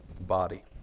body